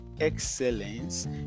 excellence